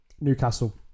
Newcastle